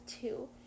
two